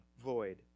Void